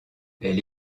elle